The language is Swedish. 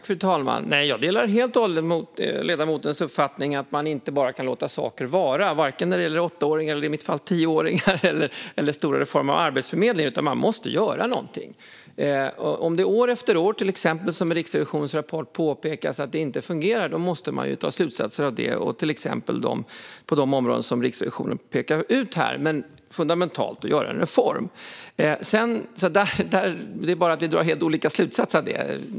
Fru talman! Jag delar helt och hållet ledamotens uppfattning att man inte bara kan låta saker vara, varken när det gäller åttaåringar eller i mitt fall tioåringar eller stora reformer av Arbetsförmedlingen, utan man måste göra någonting. Om det år efter år inte fungerar, som det påpekas i Riksrevisionens rapport, måste man dra slutsatser av det till exempel på de områden som Riksrevisionen fundamentalt pekar ut och göra en reform. Vi drar helt olika slutsatser.